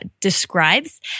describes